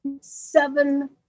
seven